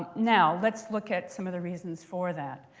now let's look at some of the reasons for that.